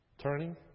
Turning